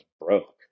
broke